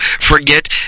forget